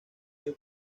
dio